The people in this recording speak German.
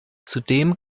zudem